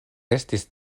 estis